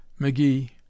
mcgee